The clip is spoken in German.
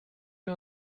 wir